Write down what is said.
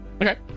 Okay